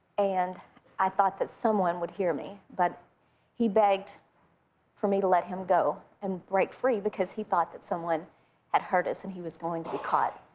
and i thought that someone would hear me, but he begged for me to let him go and break free because he thought that someone had heard us and he was going to be caught.